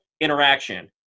interaction